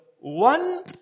one